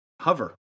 hover